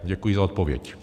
Děkuji za odpověď.